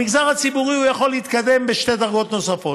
במגזר הציבורי הוא יכול להתקדם בשתי דרגות נוספות,